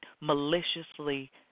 maliciously